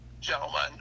gentlemen